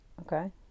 Okay